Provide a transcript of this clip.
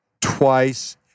twice